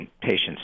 patients